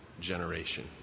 generation